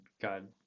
god